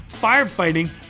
firefighting